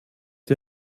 die